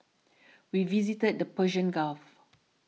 we visited the Persian Gulf